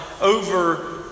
over